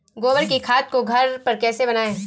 गोबर की खाद को घर पर कैसे बनाएँ?